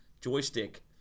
joystick